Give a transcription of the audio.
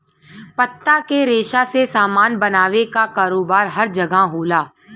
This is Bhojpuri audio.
पत्ता के रेशा से सामान बनावे क कारोबार हर जगह होला